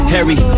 Harry